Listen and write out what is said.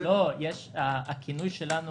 הכינוי שלנו